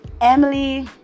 Emily